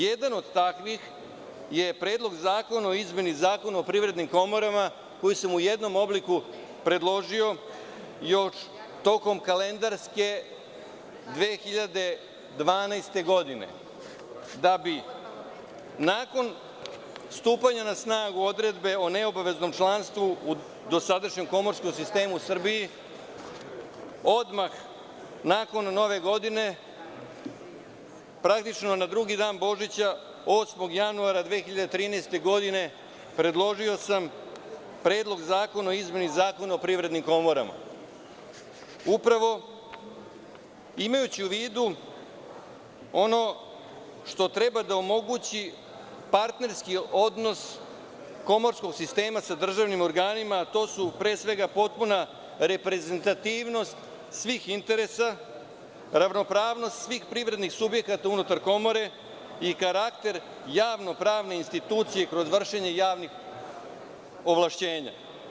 Jedan od takvih je Predlog zakona o izmeni Zakona o privrednim komorama, koji sam u jednom obliku predložio još tokom kalendarske 2012. godine, da bi nakon stupanja na snagu Odredbe o neobaveznom članstvu u dosadašnjem komorskom sistemu u Srbiji, odmah nakon Nove godine, praktično na drugi dan Božića, 8. januara 2013. godine, predložio Predlog zakona o izmeni Zakona o privrednim komorama, upravo imajući u vidu ono što treba da omogući partnerski odnos komorskog sistema sa državnim organima, a to su, pre svega, potpuna reprezentativnost svih interesa, ravnopravnost svih privrednih subjekata unutar Komore i karakter javno-pravne institucije kroz vršenje javnih ovlašćenja.